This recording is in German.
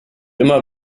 immer